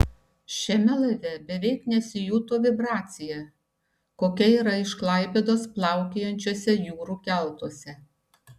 šiame laive beveik nesijuto vibracija kokia yra iš klaipėdos plaukiojančiuose jūrų keltuose